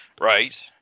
Right